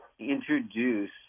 introduce